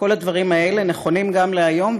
כל הדברים האלה נכונים גם להיום,